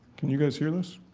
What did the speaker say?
can you guys hear this?